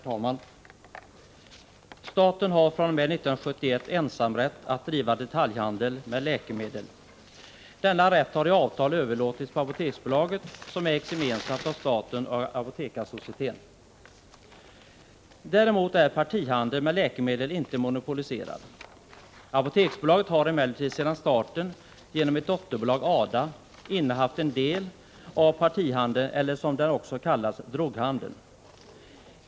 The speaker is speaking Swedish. Herr talman! Staten har fr.o.m. 1971 ensamrätt att driva detaljhandel med läkemedel. Denna rätt har i avtal överlåtits på Apoteksbolaget, som ägs gemensamt av staten och Apotekarsocieteten. Däremot är partihandel med läkemedel inte monopoliserad. Apoteksbolaget har emellertid sedan starten genom ett dotterbolag, ADA, innehaft en del av partihandeln, eller som den också kallas droghandeln.